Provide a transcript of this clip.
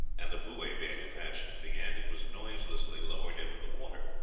and a buoy being attached to the end, it was noiselessly lowered into the water.